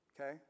Okay